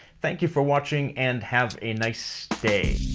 thank you for watching and have a nice day.